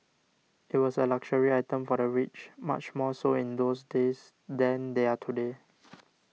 it was a luxury item for the rich much more so in those days than they are today